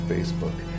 Facebook